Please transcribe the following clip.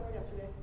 yesterday